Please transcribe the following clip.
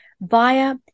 via